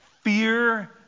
fear